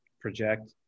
project